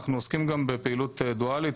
אנחנו עוסקים גם בפעילות דואלית.